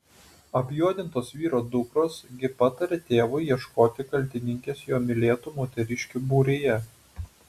apjuodintos vyro dukros gi pataria tėvui ieškoti kaltininkės jo mylėtų moteriškių būryje